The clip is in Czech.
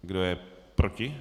Kdo je proti?